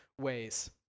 ways